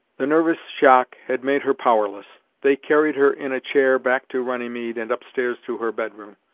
the nervous shock had made her powerless they carried her in a chair back to runnymede, and upstairs to her bedroom.